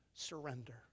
Surrender